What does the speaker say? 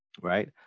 right